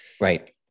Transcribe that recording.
Right